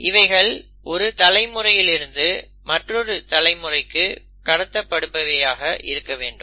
இவைகள் ஒரு தலைமுறையிலிருந்து மற்றொரு தலைமுறைக்கு கடத்தப்படுபவையாக இருக்க வேண்டும்